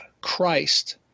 Christ